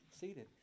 seated